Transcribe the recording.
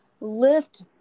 lift